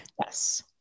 Yes